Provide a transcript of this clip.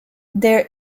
there